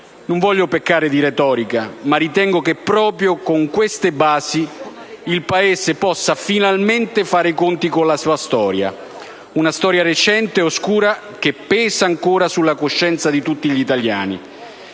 Non voglio peccare di retorica, ma ritengo che proprio con queste basi il Paese possa finalmente fare i conti con la sua storia: una storia recente e oscura che pesa ancora sulla coscienza di tutti gli italiani.